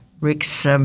Rick's